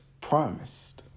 promised